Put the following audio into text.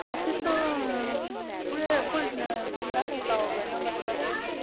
office तो full full खुला रहता होगा ना मतलब कि